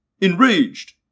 enraged